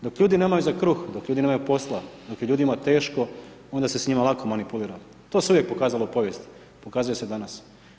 Dok ljudi nemaju za kruh, dok ljudi nemaju posla, dok je ljudima teško onda se s njima lako manipulira, to se uvijek pokazalo u povijesti, pokazuje se danas.